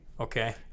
Okay